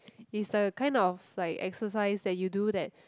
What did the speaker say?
is a kind of like exercise that you do that